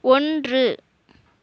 ஒன்று